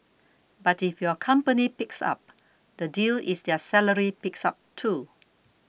but if your company picks up the deal is their salary picks up too